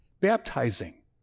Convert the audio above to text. Baptizing